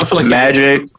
Magic